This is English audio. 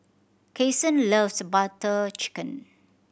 Kason loves Butter Chicken